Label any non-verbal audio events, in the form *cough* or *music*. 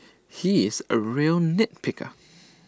he is A real nit picker *noise*